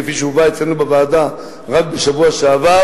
כפי שהובא אצלנו בוועדה רק בשבוע שעבר.